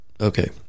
Okay